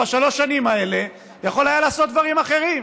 בשלוש השנים האלה יכול היה לעשות דברים אחרים.